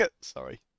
sorry